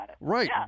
Right